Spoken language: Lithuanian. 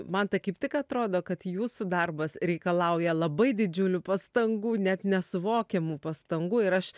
man tai kaip tik atrodo kad jūsų darbas reikalauja labai didžiulių pastangų net nesuvokiamų pastangų ir aš